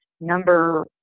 number